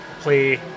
play